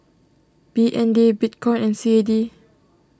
B N D Bitcoin and C A D